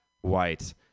White